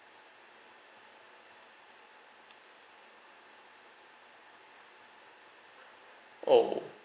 oh